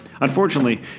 Unfortunately